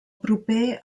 proper